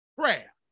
prayer